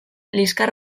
liskar